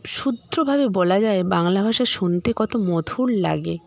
শুদ্ধভাবে বলা যায় বাংলা ভাষা শুনতে কত মধুর লাগে